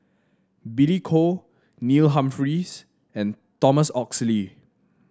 Billy Koh Neil Humphreys and Thomas Oxley